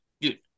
Dude